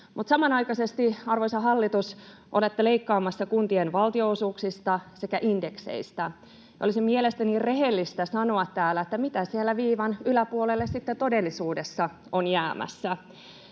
samanaikaisesti, arvoisa hallitus, olette leikkaamassa kuntien valtionosuuksista sekä indekseistä. Olisi mielestäni rehellistä sanoa täällä, mitä sinne viivan yläpuolelle sitten todellisuudessa on jäämässä.